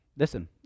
Listen